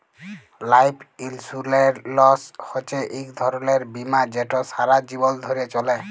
life insurance হছে ইক ধরলের বীমা যেট সারা জীবল ধ্যরে চলে